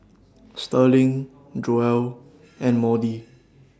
Sterling Joell and Maudie